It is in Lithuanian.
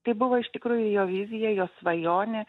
tai buvo iš tikrųjų jo vizija jo svajonė